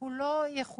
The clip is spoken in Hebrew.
הוא לא יחויב.